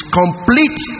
complete